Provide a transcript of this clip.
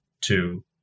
Two